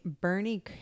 Bernie